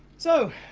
so,